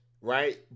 right